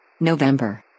November